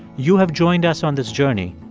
you have joined us on this journey.